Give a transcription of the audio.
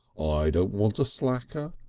i don't want a slacker,